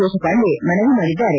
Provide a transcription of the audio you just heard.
ದೇಶಪಾಂಡೆ ಮನವಿ ಮಾಡಿದ್ದಾರೆ